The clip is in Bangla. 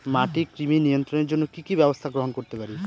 মাটির কৃমি নিয়ন্ত্রণের জন্য কি কি ব্যবস্থা গ্রহণ করতে পারি?